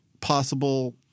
possible